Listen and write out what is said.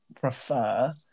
prefer